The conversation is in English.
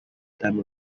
time